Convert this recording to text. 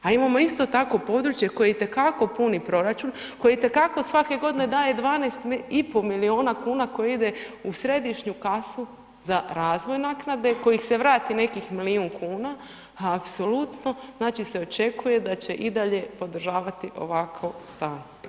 A imamo isto tako područje koje itekako puni proračun, koji itekako svake godine daje 12,5 milijuna kuna koje ide u središnju kasu za razvoj naknade, koji se vrati nekih milijun kuna, apsolutno se očekuje da će i dalje podržavati ovakav stav.